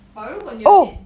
but 如果你的电